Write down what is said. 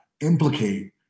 implicate